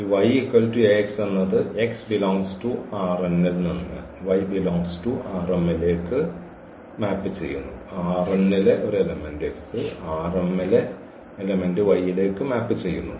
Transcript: അതിനാൽ ഈ എന്നത് ൽ നിന്ന് ലേക്കു മാപ്പ് ചെയ്യുന്നു